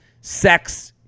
sex